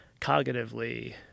cognitively